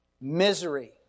Misery